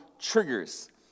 triggers